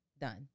Done